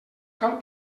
cal